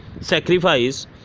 sacrifice